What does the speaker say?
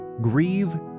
Grieve